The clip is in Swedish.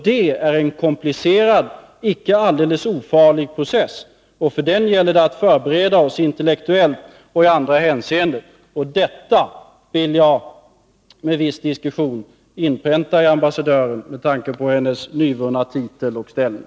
Det är en komplicerad och icke alldeles ofarlig process, och för den gäller det att vi förbereder oss intellektuellt och i andra hänseenden. Och detta vill jag inpränta i ambassadören med tanke på hennes nyvunna titel och ställning.